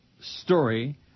story